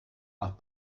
nach